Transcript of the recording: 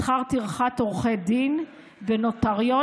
שכר טרחת עורך דין ונוטריון,